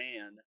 man